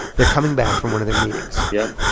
they're coming back from one of their meetings yup.